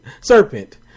Serpent